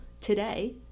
today